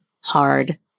hard